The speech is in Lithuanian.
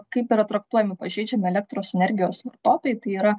kaip yra traktuojami pažeidžiami elektros energijos vartotojai tai yra